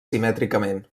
simètricament